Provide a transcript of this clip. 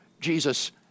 Jesus